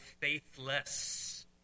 faithless